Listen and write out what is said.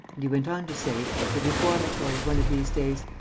and he went on to say, the reformatory, one of these days.